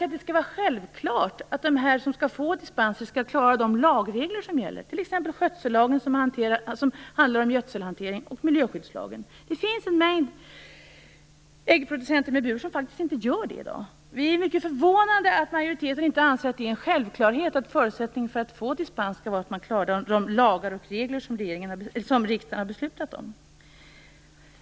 Vi anser det vara självklart att den som skall få dispensen också skall klara de lagregler som gäller, t.ex. skötsellagen, som reglerar gödselhanteringen, och miljöskyddslagen. Det finns en mängd äggproducenter med burhållning som i dag faktiskt inte gör detta. Vi är mycket förvånade över att majoriteten inte anser att det är en självklarhet att en förutsättning för att man skall få dispens skall vara att man klarar de lagar och regler som riksdagen har beslutat om.